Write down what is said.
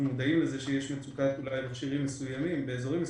אנחנו מודעים לזה שיש מצוקה במכשירים מסוימים באזורים מסוימים,